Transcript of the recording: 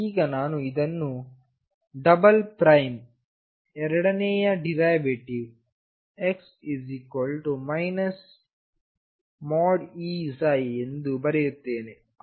ಈಗ ನಾನು ಇದನ್ನು ಡಬಲ್ ಪ್ರೈಮ್ನ ಎರಡನೆಯ ಡಿರೈವೇಟಿವ್ x E ಎಂದು ಬರೆಯುತ್ತೇನೆ